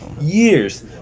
Years